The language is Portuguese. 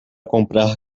comprar